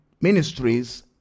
ministries